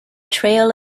trail